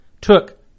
took